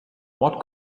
what